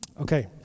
Okay